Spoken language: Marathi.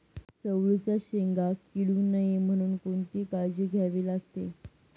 चवळीच्या शेंगा किडू नये म्हणून कोणती काळजी घ्यावी लागते?